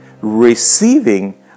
Receiving